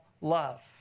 love